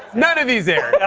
none of these aired.